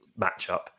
matchup